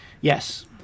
Yes